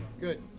Good